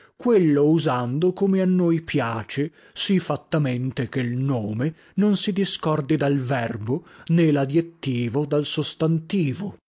quello usando come a noi piace sì fattamente che l nome non si discordi dal verbo né ladiettivo dal sostantivo